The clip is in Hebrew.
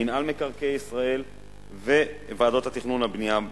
מינהל מקרקעי ישראל וועדות התכנון והבנייה בעצמן.